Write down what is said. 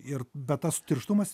ir bet tas tirštumas